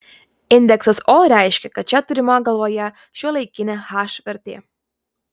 indeksas o reiškia kad čia turima galvoje šiuolaikinė h vertė